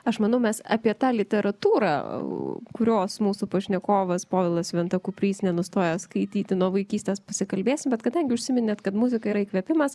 aš manau mes apie tą literatūrą kurios mūsų pašnekovas povilas venta kuprys nenustoja skaityti nuo vaikystės pasikalbėsim bet kadangi užsiminėt kad muzika yra įkvėpimas